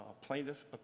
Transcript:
plaintiff